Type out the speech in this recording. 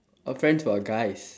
err friends who are guys